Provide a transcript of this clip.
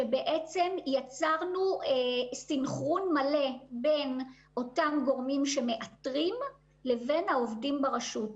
יצרנו סנכרון מלא בין אותם גורמים שמאתרים לבין העובדים ברשות.